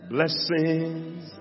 Blessings